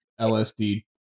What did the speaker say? lsd